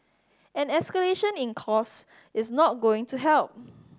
any escalation in cost is not going to help